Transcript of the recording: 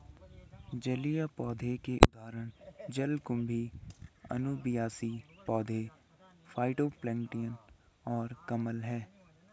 जलीय पौधों के उदाहरण जलकुंभी, अनुबियास पौधे, फाइटोप्लैंक्टन और कमल हैं